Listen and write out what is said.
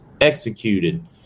executed